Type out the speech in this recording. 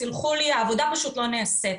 העבודה פשוט לא נעשית.